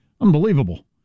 Unbelievable